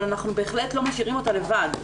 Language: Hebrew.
אבל אנחנו בהחלט לא משאירים אותה לבד.